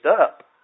up